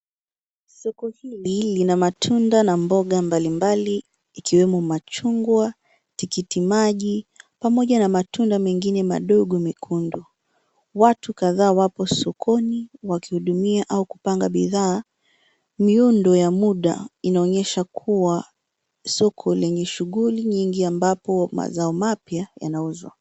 Soko hili lina matunda na boga mbalimbali ikiwemo machungwa, tikitimaji pamoja na matunda mengine madogo mekundu. Watu kadhaa wapo sokoni wakiudumia au kupanga bidhaa, miundo ya muda inaonyesha kuwa soko lenye shuguli nyingi ambapo mazao mapya yanauzwa.